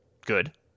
good